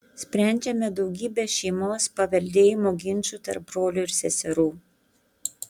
sprendžiame daugybę šeimos paveldėjimo ginčų tarp brolių ir seserų